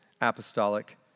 apostolic